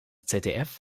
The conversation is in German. zdf